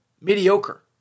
Mediocre